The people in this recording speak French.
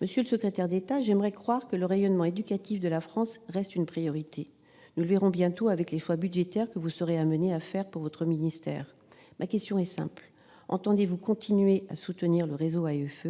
Monsieur le secrétaire d'État, j'aimerais croire que le rayonnement éducatif de la France reste une priorité ; nous serons bientôt fixés, lorsque nous examinerons les choix budgétaires que vous serez conduit à faire pour votre ministère. Ma question est simple : entendez-vous continuer à soutenir le réseau AEFE,